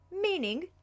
meaning